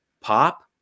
pop